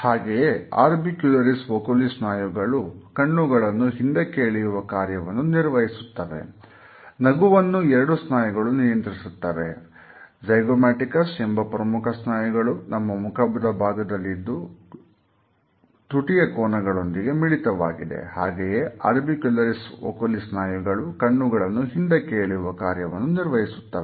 ಹಾಗೆಯೇ orbicularis oculi ಸ್ನಾಯುಗಳು ಕಣ್ಣುಗಳನ್ನು ಹಿಂದಕ್ಕೆ ಎಳೆಯುವ ಕಾರ್ಯವನ್ನು ನಿರ್ವಹಿಸುತ್ತವೆ